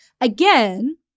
again